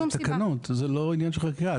אבל זה בתקנות, זה לא עניין של חקיקה.